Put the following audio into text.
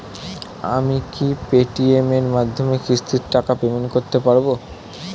আমি কি Paytm এর মাধ্যমে কিস্তির টাকা পেমেন্ট করতে পারব?